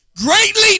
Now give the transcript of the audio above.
Greatly